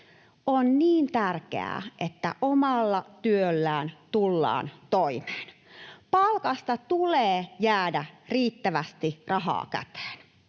On niin tärkeää, että omalla työllä tullaan toimeen. Palkasta tulee jäädä riittävästi rahaa käteen.